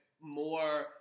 more